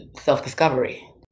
self-discovery